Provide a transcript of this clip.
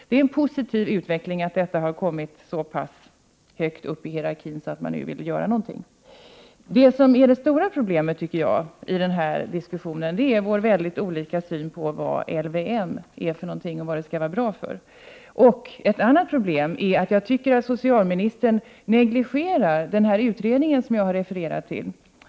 Det är en positiv utveckling att detta kommit så högt upp i hierarkin att man nu vill göra någonting. Det stora problemet, tycker jag, i den här diskussionen är vår mycket olika syn på vad LVM är och vad LVM skall vara bra för. Ett annat problem är att jag tycker att socialministern negligerar den utredning som jag har refererat till.